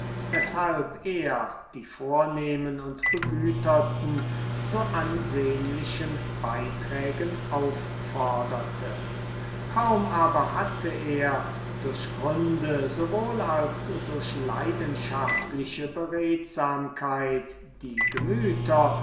weshalb er die vornehmen und begüterten zu ansehnlichen beiträgen aufforderte kaum aber hatte er durch gründe sowohl als durch leidenschaftliche beredsamkeit die gemüter